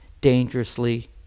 dangerously